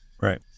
right